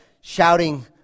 shouting